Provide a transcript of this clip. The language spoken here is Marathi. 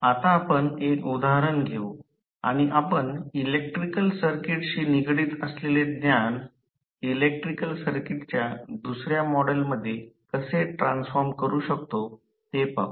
आता आपण एक उदाहरण घेऊ आणि आपण इलेक्ट्रिकल सर्किटशी निगडित असलेले ज्ञान इलेक्ट्रिकल सर्किटच्या दुसऱ्या मॉडेलमध्ये कसे ट्रान्सफॉर्म करू शकतो ते पाहू